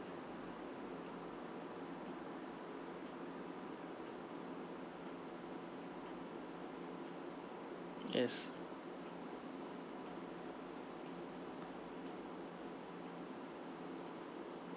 yes